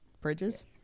bridges